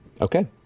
Okay